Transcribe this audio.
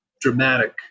dramatic